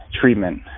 treatment